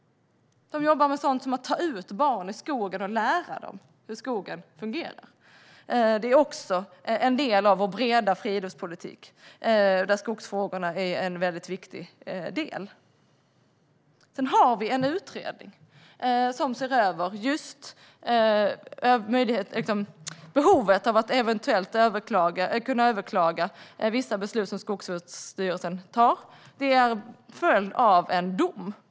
De jobbar med sådant som att ta ut barn i skogen och lära dem hur skogen fungerar. Det är också en del av vår breda friluftspolitik, där skogsfrågorna är en väldigt viktig del. Sedan har vi en utredning som ser över just behovet av att eventuellt kunna överklaga vissa beslut som Skogsstyrelsen tar. Det är en följd av en dom.